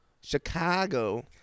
Chicago